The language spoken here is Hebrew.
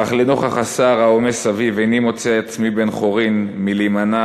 אך לנוכח הסער ההומה סביב איני מוצא עצמי בן-חורין מלהימנע